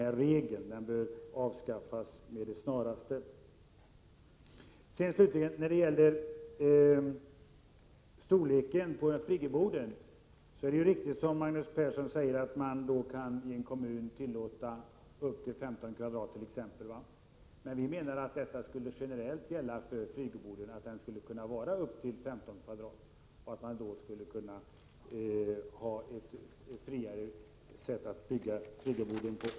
Den ifrågavarande regeln bör avskaffas med det snaraste. Vad gäller storleken på Friggeboden så är det riktigt som Magnus Persson säger att man i en kommun kan tillåta byggande av en Friggebod med en yta av upp till 15 kvadratmeter. Vi menar att detta generellt skulle gälla för Friggeboden — att den skulle kunna få vara upp till 15 kvadratmeter. Friggeboden skulle därigenom få byggas på ett friare sätt.